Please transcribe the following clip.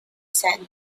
sand